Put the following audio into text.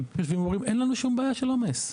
יושבים ואומרים אין לנו שום בעיה של עומס,